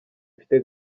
mfite